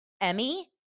Emmy